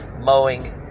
mowing